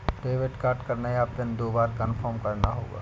debit card का नया PIN दो बार कन्फर्म करना होगा